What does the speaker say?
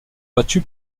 battu